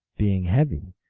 being heavy,